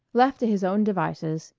left to his own devices,